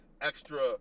extra